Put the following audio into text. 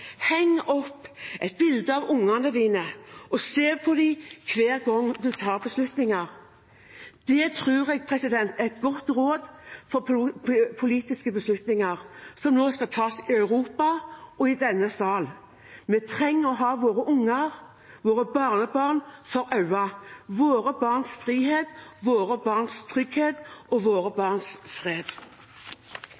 bilde av barna dine og se på dem hver gang du tar beslutninger. Det tror jeg er et godt råd for de politiske beslutningene som nå skal tas i Europa og i denne salen. Vi trenger å ha ungene våre og barnebarna våre for øyet – våre barns frihet, våre barns trygghet og våre